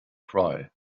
cry